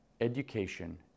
education